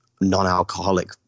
non-alcoholic